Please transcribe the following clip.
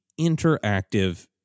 interactive